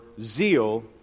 zeal